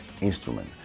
instrument